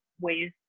ways